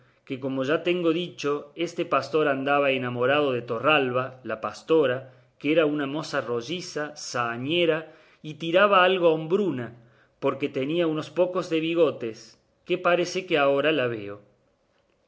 que como ya tengo dicho este pastor andaba enamorado de torralba la pastora que era una moza rolliza zahareña y tiraba algo a hombruna porque tenía unos pocos de bigotes que parece que ahora la veo